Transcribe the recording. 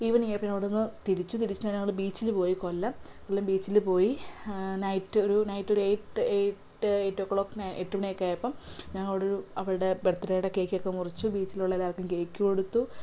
ഈവനിങ്ങായപ്പോൾ പിന്നെ അവിടുന്ന് തിരിച്ചു തിരിച്ച് ഞങ്ങൾ ബീച്ചിൽ പോയി കൊല്ലം കൊല്ലം ബീച്ചിൽ പോയി നൈറ്റ് ഒരു നൈറ്റ് ഒരു എട്ട് എട്ട് എയ്റ്റ് ഓ ക്ലോക്ക് എട്ട് മണിയൊക്കെ ആയപ്പം ഞങ്ങളൊരു അവളുടെ ബെർത്ത് ഡേയുടെ കേക്ക് ഒക്കെ മുറിച്ചു ബീച്ചിലുള്ള എല്ലാവർക്കും കേക്ക് കൊടുത്തു